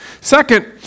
Second